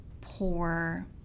poor